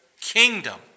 kingdom